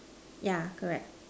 yeah correct